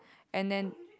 and then